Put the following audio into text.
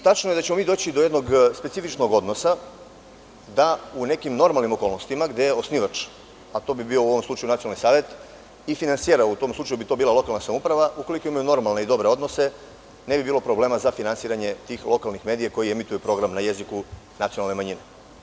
Tačno je da ćemo mi doći do jednog specifičnog odnosa da u nekim normalnim okolnostima gde osnivač, a to bi bio u ovom slučaju nacionalni savet, i finansijer, a u tom slučaju bi to bila lokalna samouprava, ukoliko imaju normalne i dobre odnose, ne bi bilo problema za finansiranje tih lokalnih medija koji emituju program na jeziku nacionalne manjine.